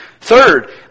Third